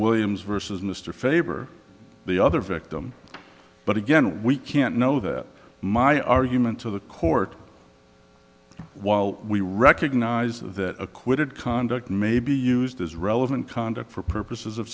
williams versus mr faber the other victim but again we can't know that my argument to the court while we recognize that acquitted conduct may be used as relevant conduct for purposes of